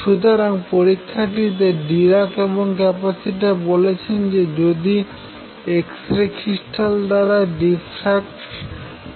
সুতরাং পরীক্ষাটিতে ডিরাক এবং ক্যাপিটসা বলেছিলেন যে যদি x রে ক্রিস্টাল দ্বারা ডিফ্রাক্ট